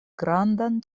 grandan